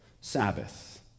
Sabbath